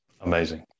Amazing